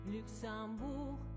Luxembourg